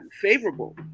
favorable